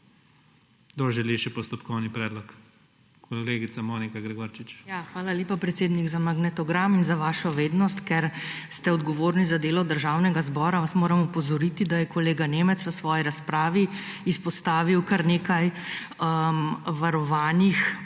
želi še postopkovni predlog? Kolegica Monika Gregorčič. MONIKA GREGORČIČ (PS SMC): Hvala lepa, predsednik. Za magnetogram in za vašo vednost, ker ste odgovorni za delo Državnega zbora vas moram opozoriti, da je kolega Nemec v svoji razpravi izpostavil kar nekaj varovanih